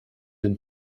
den